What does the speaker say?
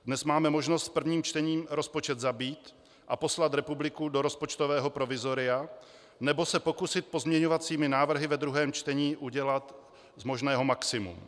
Dnes máme možnost v prvním čtení rozpočet zabít a poslat republiku do rozpočtového provizoria, nebo se pokusit pozměňovacími návrhy ve druhém čtení udělat z možného maximum.